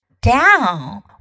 Down